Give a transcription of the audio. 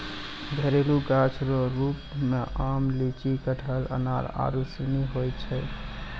घरेलू गाछ रो रुप मे आम, लीची, कटहल, अनार आरू सनी हुवै छै